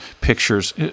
pictures